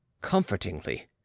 comfortingly